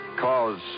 cause